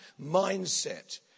mindset